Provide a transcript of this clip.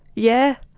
yeah,